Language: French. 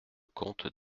comte